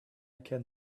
can